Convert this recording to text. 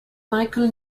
michael